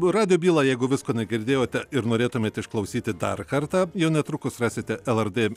radijo bylą jeigu visko negirdėjote ir norėtumėte išklausyti dar kartą jau netrukus rasite lrt